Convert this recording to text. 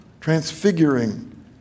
transfiguring